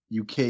UK